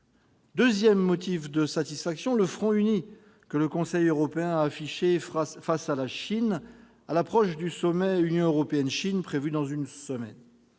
Deuxième motif de satisfaction : le front uni que le Conseil européen a affiché face à la Chine, à l'approche du sommet Union européenne-Chine prévu dans une semaine.